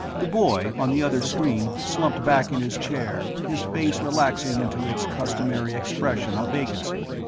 the boy, on the other screen, slumped back in his chair, his face relaxing into its customary expression of vacancy.